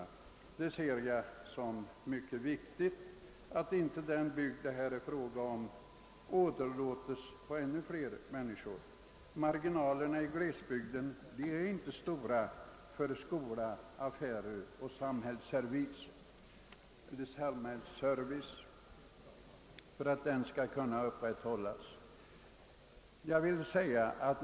Jag betraktar det som mycket viktigt att den bygd det här är fråga om inte åderlåtes på ännu fler människor. Marginalerna i glesbygder är inte stora när det gäller att upprätthålla samhällsservicen, t.ex. affärer.